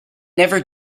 never